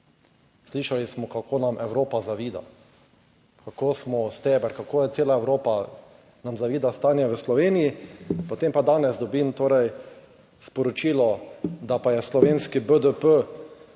Slišali smo, kako nam Evropa zavida, kako smo steber, kako cela Evropa nam zavida stanje v Sloveniji, potem pa danes dobim sporočilo, da pa je slovenski BDP